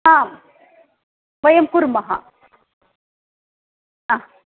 आं वयं कुर्मः हा